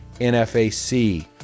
NFAC